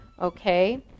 okay